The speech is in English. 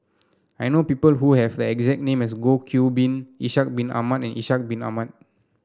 I know people who have the exact name as Goh Qiu Bin Ishak Bin Ahmad and Ishak Bin Ahmad